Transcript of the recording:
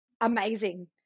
amazing